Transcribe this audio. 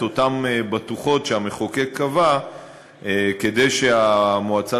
את אותן בטוחות שהמחוקק קבע כדי שהמועצה